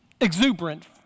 exuberant